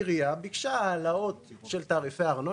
עירייה ביקשה העלאות של תעריפי ארנונה,